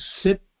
sit